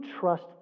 trust